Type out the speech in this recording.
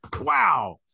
Wow